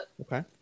okay